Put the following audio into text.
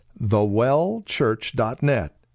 thewellchurch.net